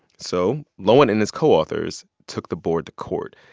so loewen and his co-authors took the board to court.